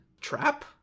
trap